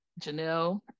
Janelle